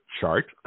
chart